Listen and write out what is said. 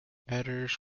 editors